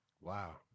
Wow